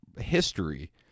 history